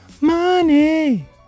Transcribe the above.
money